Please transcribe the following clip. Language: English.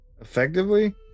Effectively